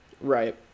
right